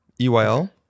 EYL